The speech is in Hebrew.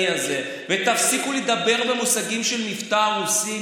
הזה ותפסיקו לדבר במושגים של מבטא רוסי,